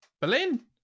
Berlin